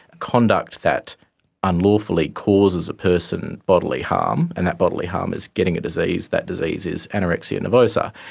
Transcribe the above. conduct that unlawfully causes a person bodily harm and that bodily harm is getting a disease, that disease is anorexia nervosa,